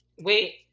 wait